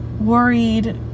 worried